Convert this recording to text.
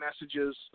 messages